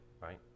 right